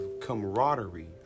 camaraderie